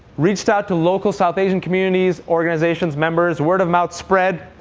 reached out to local south asian communities, organizations, members, word of mouth spread.